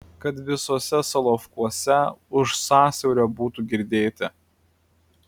kad visuose solovkuose už sąsiaurio būtų girdėti